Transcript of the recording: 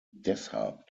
deshalb